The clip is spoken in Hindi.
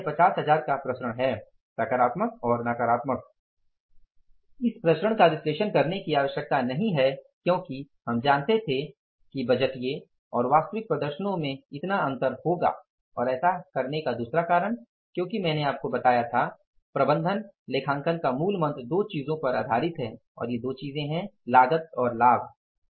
यह 50 हज़ार का प्रसरण है सकारात्मक और नकारात्मक इस प्रसरण का विश्लेषण करने की आवश्यकता नहीं है क्योंकि हम जानते थे कि बजटीय और वास्तविक प्रदर्शनों में इतना अंतर होगा और ऐसा करने का दूसरा कारण क्योंकि मैंने आपको बताया था प्रबंधन लेखांकन का मूल मंत्र दो चीजों पर आधारित है और ये दो चीजें लागत और लाभ हैं